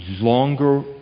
longer